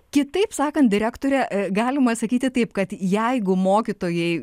kitaip sakant direktore galima sakyti taip kad jeigu mokytojai